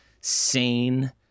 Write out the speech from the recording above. sane